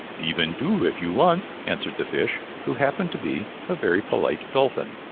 even two, if you want, answered the fish, who happened to be a very polite dolphin.